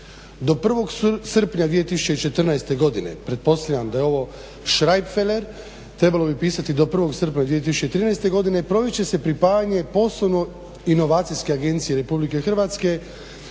Do 1. srpnja 2014. godine, pretpostavljam da je ovo šrajbfeler trebalo bi pisati do 1. srpnja 2013. godine, provest će se pripajanje posebno Inovacijske agencije RH BICRO-a Hrvatskoj